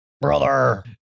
brother